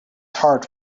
heart